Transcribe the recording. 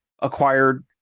acquired